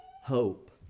hope